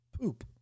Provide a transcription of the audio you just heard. poop